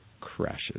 crashes